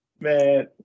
Man